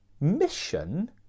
mission